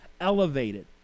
elevated